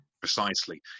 precisely